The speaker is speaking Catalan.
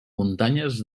muntanyes